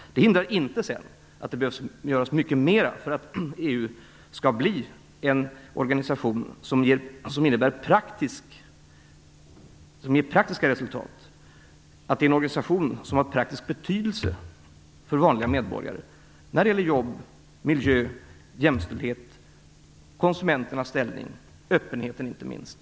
Sedan hindrar inte det att det behöver göras mycket mera för att EU skall bli en organisation som ger praktiska resultat, en organisation som har praktisk betydelse för vanliga medborgare när det gäller jobb, miljö, jämställdhet, konsumenternas ställning - och öppenheten, inte minst.